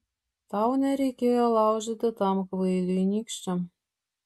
tau nereikėjo laužyti tam kvailiui nykščio